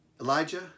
Elijah